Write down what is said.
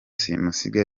simusiga